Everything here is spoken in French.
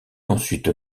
ensuite